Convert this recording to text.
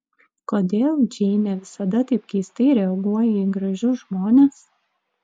kodėl džeinė visada taip keistai reaguoja į gražius žmones